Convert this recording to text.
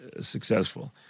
successful